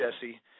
Jesse